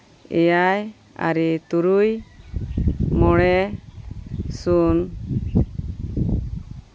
ᱮᱭᱟᱭ ᱟᱨᱮ ᱛᱩᱨᱩᱭ ᱢᱚᱬᱮ ᱥᱩᱱ